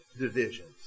divisions